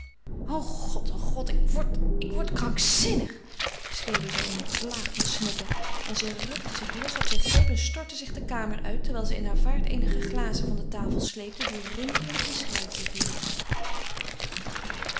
o god o god ik word ik word krankzinnig schreeuwde zij in een vlaag van snikken en ze rukte zich los uit zijn greep en stortte zich de kamer uit terwijl zij in haar vaart eenige glazen van de tafel sleepte die rinkelend in scherven vielen